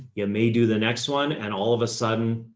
yeah may do the next one and all of a sudden,